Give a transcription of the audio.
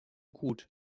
gut